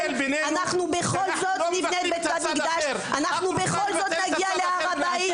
אנחנו בכל זאת נבנה את בית המקדש ונגיע להר הבית.